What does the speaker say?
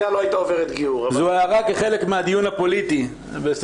בסוגריים, זאת הערה כחלק מהדיון הפוליטי.